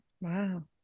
Wow